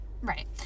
Right